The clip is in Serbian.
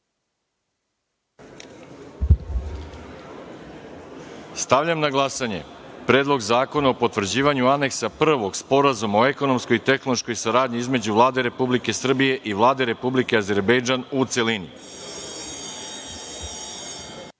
zakona. Stavljam na glasanje Predlog zakona o potvrđivanju Aneksa 1. Sporazuma o ekonomskoj i tehnološkoj saradnji između Vlade Republike Srbije i Vlade Republike Azerbejdžana u